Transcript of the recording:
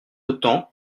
autant